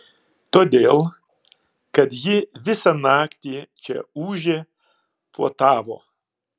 todėl kad ji visą naktį čia ūžė puotavo